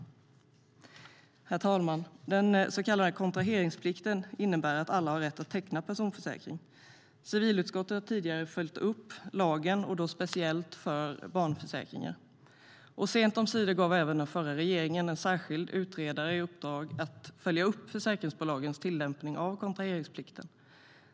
Den så kallade kontraheringsplikten innebär att alla har rätt att teckna personförsäkring. Civilutskottet har tidigare följt upp lagen och då speciellt för barnförsäkringar. Sent omsider gav även den förra regeringen en särskild utredare i uppdrag att följa upp försäkringsbolagens tillämpning av kontraheringsplikten.